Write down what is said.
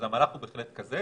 אז, המהלך הוא בהחלט כזה.